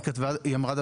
היא אמרה: